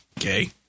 Okay